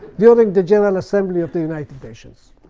during the general assembly of the united nations.